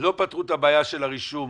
לא פתרו את הבעיה של הרישום